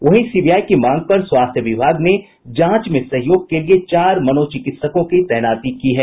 वहीं सीबीआई की मांग पर स्वास्थ्य विभाग ने जांच में सहयोग के लिए चार मनोचिकित्सकों की तैनाती कर दी है